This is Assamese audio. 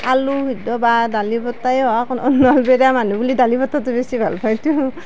আলু সিদ্ধ বা দালি বতাই হওঁক নলবেৰীয়া মানুহ বুলি দালিবতাটো বেছি ভাল পায়টো